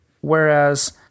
Whereas